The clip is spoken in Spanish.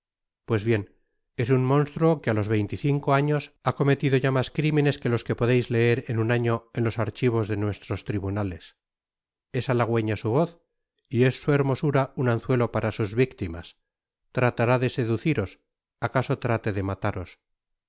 pues bien es un monstruo que á los veinte y cinco años ha cometido ya mas crimenes que los que podais leer en un año en tos archivos de nuestros tribunales es athagüeña su voz y es su hermosura un anzuelo para sus victimas tratará de seduciros acaso trate de mataros